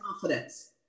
confidence